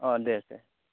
अ दे दे